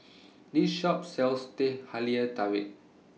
This Shop sells Teh Halia Tarik